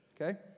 okay